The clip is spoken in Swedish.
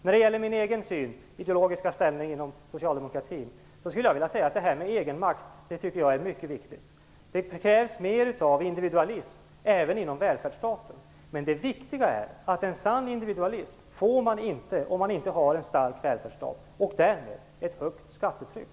När det gäller min egen ideologiska ställning inom Socialdemokraterna skulle jag vilja säga att jag tycker att det är mycket viktigt med egenmakt. Det krävs mer individualism även inom välfärdsstaten, men det viktiga är att man inte får en sann individualism om man inte har en stark välfärdsstat och därmed ett högt skattetryck.